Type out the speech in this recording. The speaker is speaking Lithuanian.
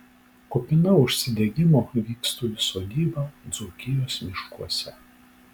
kupina užsidegimo vykstu į sodybą dzūkijos miškuose